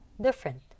different